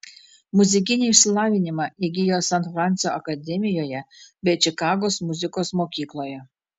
muzikinį išsilavinimą įgijo san fransio akademijoje bei čikagos muzikos mokykloje